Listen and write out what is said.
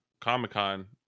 comic-con